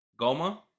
Goma